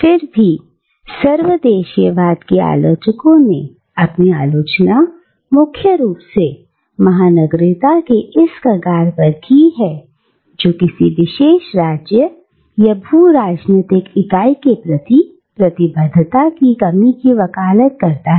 फिर भी सर्वदेशीयवाद के आलोचकों ने अपनी आलोचना मुख्य रूप से महानगरीयता के इस कगार पर की है जो किसी विशेष राज्य या भू राजनीतिक इकाई के प्रति प्रतिबद्धता की कमी की वकालत करता है